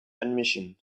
admission